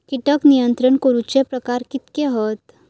कीटक नियंत्रण करूचे प्रकार कितके हत?